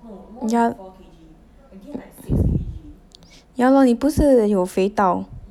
right yeah lor 你不是有肥到